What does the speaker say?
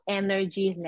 energy